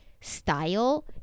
style